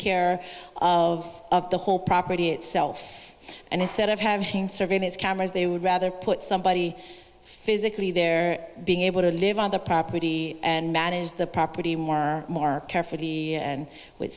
care of the whole property itself and instead of having surveillance cameras they would rather put somebody physically there being able to live on the property and manage the property more more carefully and with